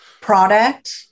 product